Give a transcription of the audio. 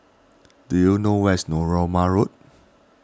do you know where is Narooma Road